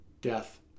death